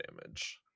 damage